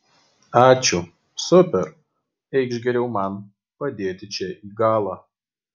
ačiū super eikš geriau man padėti čia į galą